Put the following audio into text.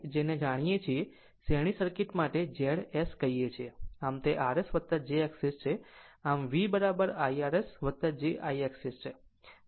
અને આપણે VI ને જાણીએ છીએ શ્રેણી સર્કિટ માટે Z S કહીએ છીએ આમ તે rs jXS છે આમ VIrs jIXS